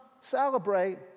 celebrate